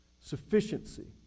Sufficiency